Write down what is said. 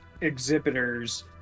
exhibitors